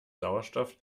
sauerstoff